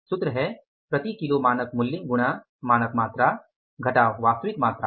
सूत्र है प्रति किलो मानक मूल्य गुणा मानक मात्रा घटाव वास्तविक मात्रा